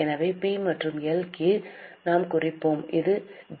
எனவே பி மற்றும் எல் கீழ் நாம் குறிப்போம் இது டி